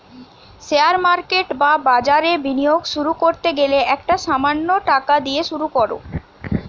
share market বা বাজারে বিনিয়োগ শুরু করতে গেলে একটা সামান্য টাকা দিয়ে শুরু করো